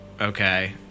Okay